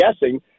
guessing